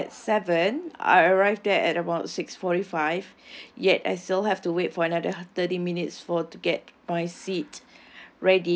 booked at seven I arrived there at about six forty five yet I still have to wait for another thirty minutes for to get our seat